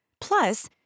Plus